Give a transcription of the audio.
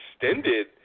extended